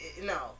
no